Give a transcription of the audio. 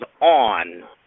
on